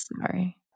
sorry